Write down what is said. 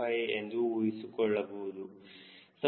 025 ಎಂದು ಊಹಿಸಬಹುದು